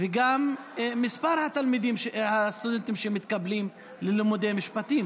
וגם את מספר הסטודנטים שמתקבלים ללימודי משפטים.